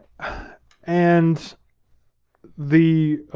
and the